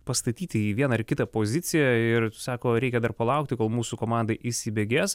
pastatyti į vieną ar kitą poziciją ir sako reikia dar palaukti kol mūsų komanda įsibėgės